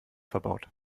verbaut